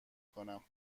کنم